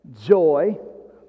joy